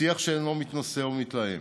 שיח שאינו מתנשא או מתלהם.